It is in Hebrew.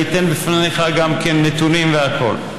אני אתן בפניך גם נתונים והכול.